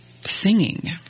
singing